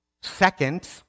Second